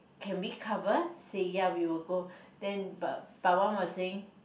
can we cover say ya we will go then but Pawan was saying